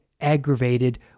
aggravated